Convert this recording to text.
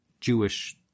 Jewish